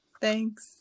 Thanks